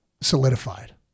solidified